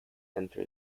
enter